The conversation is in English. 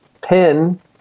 pin